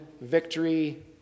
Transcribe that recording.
victory